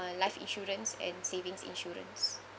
life insurance and savings insurance